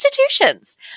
institutions